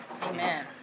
Amen